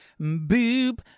Boop